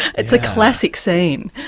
it's a classic scene.